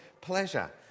pleasure